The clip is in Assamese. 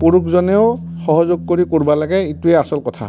পুৰুষজনেও সহযোগ কৰি কৰিব লাগে এইটোৱে আচল কথা